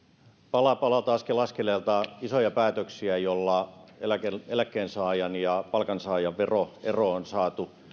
pala palalta askel askeleelta isoja päätöksiä joilla eläkkeensaajan ja palkansaajan veroero on saatu